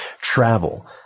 travel